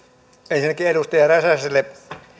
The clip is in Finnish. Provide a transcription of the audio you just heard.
ensinnäkin edustaja räsäselle